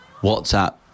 WhatsApp